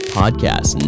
podcast